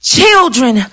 Children